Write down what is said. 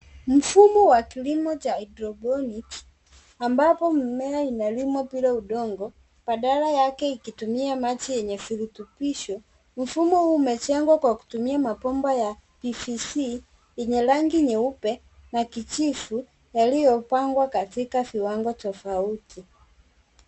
Mfumo wa kilimo cha hydrophonics ambapo mimea inalimwa bila undongo badala yake ukitumia maji yenye virutubisho. Mfumo huu umejengwa kutumia mabomba ya PVC yenye rangi nyeupe na kijivu yaliyopangwa katika viwango tofauti.